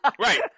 Right